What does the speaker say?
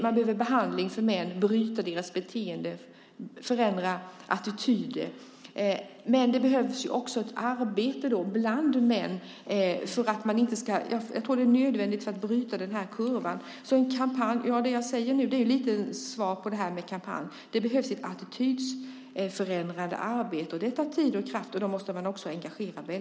Män behöver behandling för att deras beteende ska brytas. Attityder behöver förändras. Men det behövs också ett arbete bland män. Det är nödvändigt för att bryta kurvan. Det jag säger nu är lite grann svar på frågan om kampanj. Det behövs ett attitydförändrande arbete. Det tar tid och kraft, och då måste många engageras.